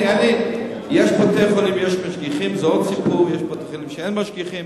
יש בתי-חולים שיש בהם משגיחים ויש בתי-חולים שאין בהם משגיחים.